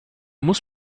muss